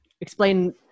explain